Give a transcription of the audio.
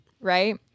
right